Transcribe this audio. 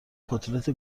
کتلت